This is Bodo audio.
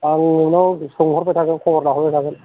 आं नोंनाव सोंहरबाय थागोन खबर लाहरबाय थागोन